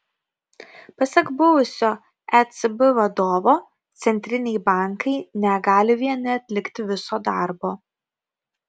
pasak buvusio ecb vadovo centriniai bankai negali vieni atlikti viso darbo